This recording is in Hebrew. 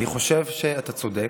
אני חושב שאתה צודק.